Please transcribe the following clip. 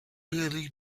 really